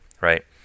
right